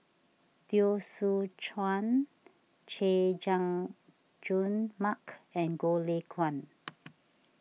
Teo Soon Chuan Chay Jung Jun Mark and Goh Lay Kuan